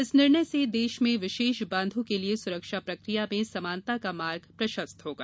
इस निर्णय से देश में विशेष बांधों के लिए सुरक्षा प्रकिया में समानता का मार्ग प्रशस्त होगा